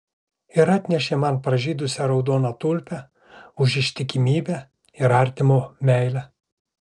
ir atnešė man pražydusią raudoną tulpę už ištikimybę ir artimo meilę